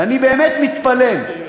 ואני באמת מתפלל,